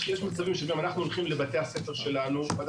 יש מבצעים שגם אנחנו הולכים לבתי-הספר שלנו ואז